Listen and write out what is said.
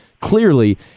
Clearly